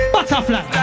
Butterfly